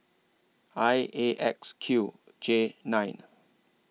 I A X Q J nine